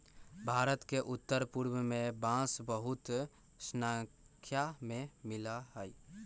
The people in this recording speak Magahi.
भारत के उत्तर पूर्व में बांस बहुत स्नाख्या में मिला हई